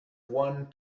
one